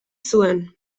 zuen